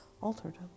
altered